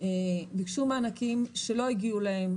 ביקשו מענקים שלא הגיעו להם,